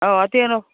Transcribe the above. ꯑꯧ ꯑꯇꯦꯛ ꯑꯅꯧ